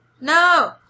No